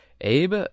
abe